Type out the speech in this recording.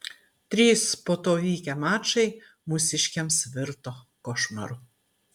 trys po to vykę mačai mūsiškiams virto košmaru